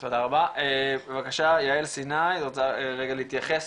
תודה רבה, בבקשה יעל סיני רוצה רגע להתייחס?